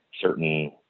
certain